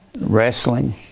wrestling